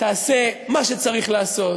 תעשה מה שצריך לעשות